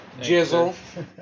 Jizzle